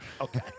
Okay